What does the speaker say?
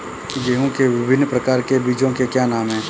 गेहूँ के विभिन्न प्रकार के बीजों के क्या नाम हैं?